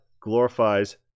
glorifies